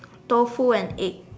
tofu and egg